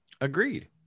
Agreed